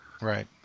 Right